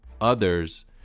others